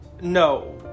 no